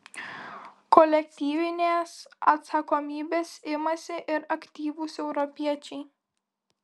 kolektyvinės atsakomybės imasi ir aktyvūs europiečiai